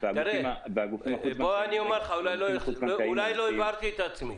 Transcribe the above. תראה, אולי לא הבהרתי את עצמי.